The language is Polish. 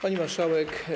Pani Marszałek!